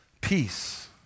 peace